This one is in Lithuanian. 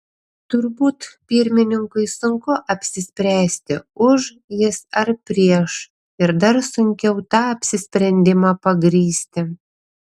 turbūt pirmininkui sunku apsispręsti už jis ar prieš ir dar sunkiau tą apsisprendimą pagrįsti